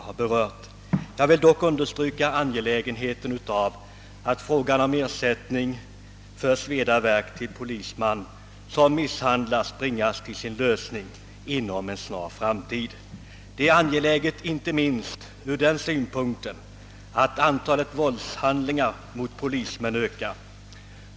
Jag vill emellertid understryka angelägenheten av att frågan om ersättning för sveda och värk till polisman som misshandlats i tjänsten löses inom en snar framtid. Detta är angeläget inte minst ur den synpunkten att antalet våldshandlingar mot polismän successivt ökar.